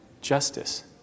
justice